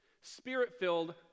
spirit-filled